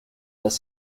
las